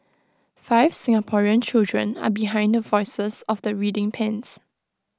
five Singaporean children are behind the voices of the reading pens